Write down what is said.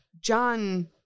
John